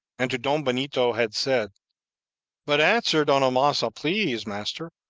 and to don benito had said but answer don amasa, please, master,